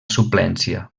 suplència